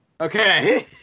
Okay